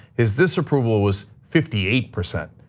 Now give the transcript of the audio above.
his disapproval was fifty eight percent,